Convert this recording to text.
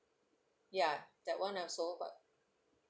ya that [one] also but